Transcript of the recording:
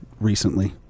recently